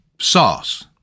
sauce